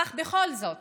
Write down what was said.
אך בכל זאת